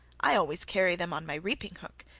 i always carry them on my reaping hook,